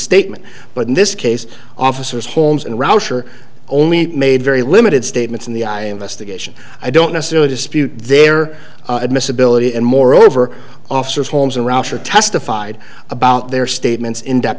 statement but in this case officers holmes and rauscher only made very limited statements in the i investigation i don't necessarily dispute their admissibility and moreover officers homes around or testified about their statements in